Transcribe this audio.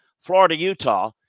Florida-Utah